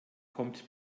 kommt